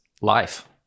life